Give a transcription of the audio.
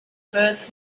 birds